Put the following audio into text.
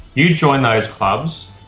you join those clubs,